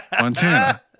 Montana